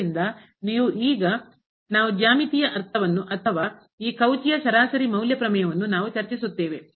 ಆದ್ದರಿಂದ ನೀವು ಈಗ ನಾವು ಜ್ಯಾಮಿತೀಯ ಅರ್ಥವನ್ನು ಅಥವಾ ಈ ಕೌಚಿಯ ಸರಾಸರಿ ಮೌಲ್ಯ ಪ್ರಮೇಯವನ್ನು ನಾವು ಚರ್ಚಿಸುತ್ತೇವೆ